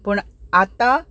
पण आतां